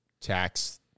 tax